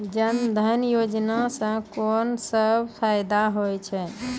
जनधन योजना सॅ कून सब फायदा छै?